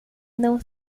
não